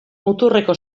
muturreko